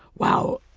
wow,